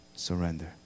Surrender